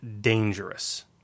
dangerous